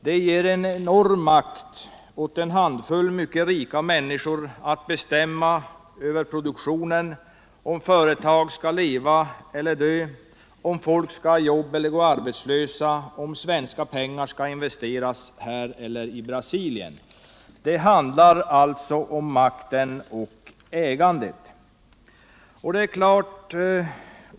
Det ger en enorm makt åt en handfull mycket rika människor att bestämma över produktionen, om företag skall leva eller dö, om folk skall ha jobb eller gå arbetslösa, om svenska pengar skall investeras här eller i Brasilien. Det handlar alltså om makten och ägandet.